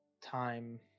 time